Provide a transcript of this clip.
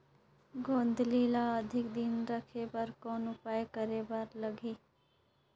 गोंदली ल अधिक दिन राखे बर कौन उपाय करे बर लगही?